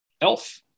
elf